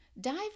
Dive